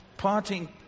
Parting